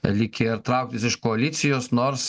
likę trauktis iš koalicijos nors